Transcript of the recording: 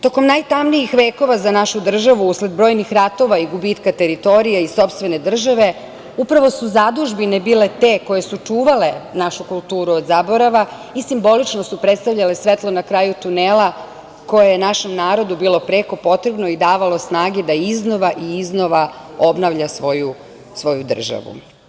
Tokom najtamnijih vekova za našu državu usled brojnih ratova i gubitka teritorije i sopstvene države, upravo su zadužbine bile te koje su čuvale našu kulturu od zaborava i simbolično su predstavljale svetlo na kraju tunela, koje je našem narodu bilo preko potrebno i davalo snage da iznova i iznova obnavlja svoju državu.